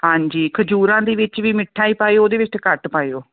ਹਾਂਜੀ ਖਜੂਰਾਂ ਦੇ ਵਿੱਚ ਵੀ ਮਿੱਠਾ ਹੀ ਪਾਇਓ ਉਹਦੇ ਵਿੱਚ ਤਾਂ ਘੱਟ ਪਾਇਓ